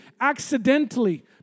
accidentally